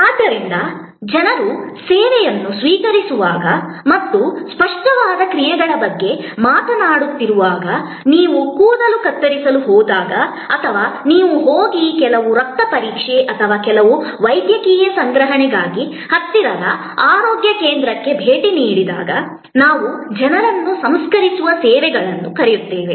ಆದ್ದರಿಂದ ಜನರು ಸೇವೆಯನ್ನು ಸ್ವೀಕರಿಸುವಾಗ ಮತ್ತು ನಾವು ಸ್ಪಷ್ಟವಾದ ಕ್ರಿಯೆಗಳ ಬಗ್ಗೆ ಮಾತನಾಡುತ್ತಿರುವಾಗ ನೀವು ಕೂದಲು ಕತ್ತರಿಸಲು ಹೋದಾಗ ಅಥವಾ ನೀವು ಹೋಗಿ ಕೆಲವು ರಕ್ತ ಪರೀಕ್ಷೆ ಅಥವಾ ಕೆಲವು ವೈದ್ಯಕೀಯ ಸಂಗ್ರಹಣೆಗಾಗಿ ಹತ್ತಿರದ ಆರೋಗ್ಯ ಕೇಂದ್ರಕ್ಕೆ ಭೇಟಿ ನೀಡಿದಾಗ ಅವುಗಳನ್ನು ಸಂಸ್ಕರಿಸುವ ಸೇವೆಗಳೆಂದು ಕರೆಯುತ್ತೇವೆ